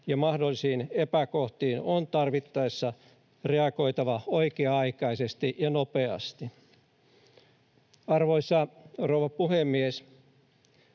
ja mahdollisiin epäkohtiin on tarvittaessa reagoitava oikea-aikaisesti ja nopeasti. Arvoisa rouva puhemies!